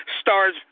stars